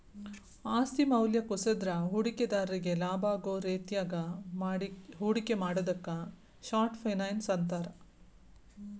ಆಸ್ತಿ ಮೌಲ್ಯ ಕುಸದ್ರ ಹೂಡಿಕೆದಾರ್ರಿಗಿ ಲಾಭಾಗೋ ರೇತ್ಯಾಗ ಹೂಡಿಕೆ ಮಾಡುದಕ್ಕ ಶಾರ್ಟ್ ಫೈನಾನ್ಸ್ ಅಂತಾರ